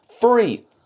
Free